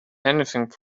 anything